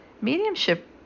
Mediumship